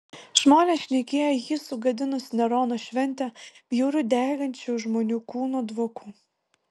žmonės šnekėjo jį sugadinus nerono šventę bjauriu degančių žmonių kūnų dvoku